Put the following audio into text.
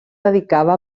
dedicava